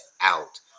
out